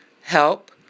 help